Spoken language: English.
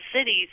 cities